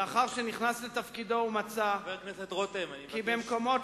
לאחר שנכנס לתפקידו ומצא כי במקומות